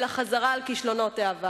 אלא חזרה על כישלונות העבר.